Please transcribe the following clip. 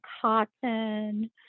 cotton